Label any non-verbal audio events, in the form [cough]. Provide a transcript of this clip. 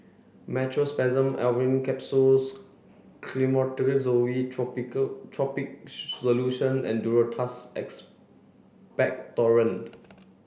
Meteospasmyl Alverine Capsules [unintelligible] topical [unintelligible] solution and Duro Tuss Expectorant